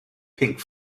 pink